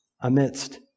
amidst